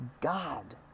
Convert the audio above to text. God